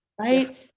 Right